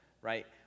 right